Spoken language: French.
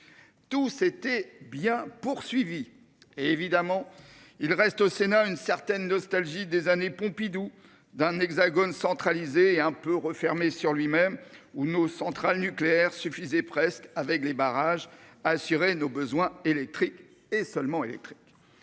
Tout s'était bien poursuivi et évidemment il reste au Sénat une certaine nostalgie des années Pompidou d'un hexagone centralisé et un peu refermé sur lui-même où nos centrales nucléaires suffisait presque avec les barrages assurer nos besoins électriques et seulement électrique.